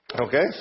Okay